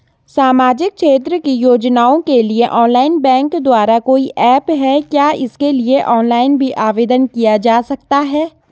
सामाजिक क्षेत्र की योजनाओं के लिए ऑनलाइन बैंक द्वारा कोई ऐप है क्या इसके लिए ऑनलाइन भी आवेदन किया जा सकता है?